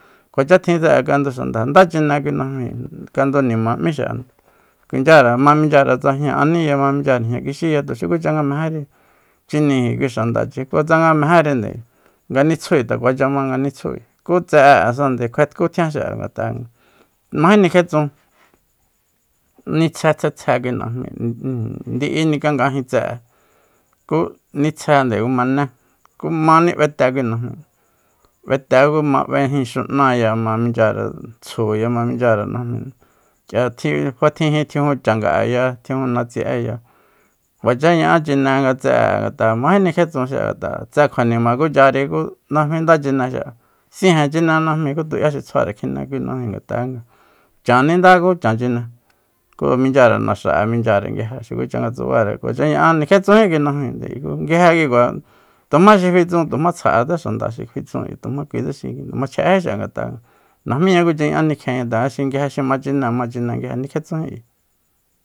Kuacha tjin tse'e kandu xanda ndá chine kui najmíi kandu nima m'í xi'ande kuinchyare ma minchyare tsa jña aníya ma michyare jña kixíya tu xikucha nga mejénri chiniji kui xandachi ku tsanga mejénrinde nga nitsjui nde kuacha ma nga nitsjui ku tse'e'e nde kjuetkú tjian xi'a ngat'a nga majé nikjetsun nitjse tsjetsje kui najmi ijin ndi'i nikangajin tse'e ku nitsjende ku mané ku mani b'ete kui najmi b'ete ku ma b'ejin xu'naya ma michyare tjuya ma michyare najmí k'ia tji fatjijin tjijun changa'eya tjijun natsi'eya kuacha ña'a chine nga tse'e'e ngat'a ja mají nikjetsun xi'a ngat'a tse kjuanima kuchari ku najmí nda chine xi'a sije chine najmi ku tu'ya xi tsjuare kjine kui najmi ngat'a chan nindá ku cha chine ku minchyare naxa'e michyare nguije xukucha nga tsubare kuacha ñaáni nikjetsunjí kui najmi nguije kikua tumá xi fitsun tuma tsja'etsé xanda xi fitsun ayi tuma kui xi machji'éjí xi'a ngat'a najmíña kucha ña'a nikjienña tanga xi nguije xi machinée ma chine nguije nikjetsunji